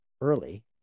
early